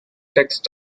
text